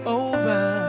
over